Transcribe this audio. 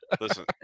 Listen